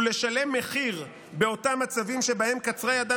ולשלם 'מחיר' באותם מצבים שבהן קצרה ידן